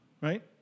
right